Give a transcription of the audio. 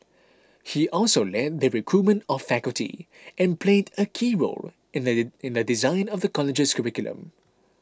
he also led the recruitment of faculty and played a key role in the in the design of the college's curriculum